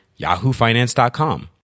yahoofinance.com